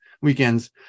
weekends